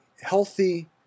healthy